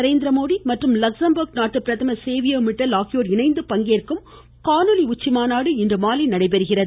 நரேந்திரமோடி மற்றும் லக்சம்பர்க் நாட்டு பிரதமர் சேவியர் மிட்டல் ஆகியோர் இணைந்து பங்கேற்கும் காணொலி உச்சிமாநாடு இன்றுமாலை நடைபெறுகிறது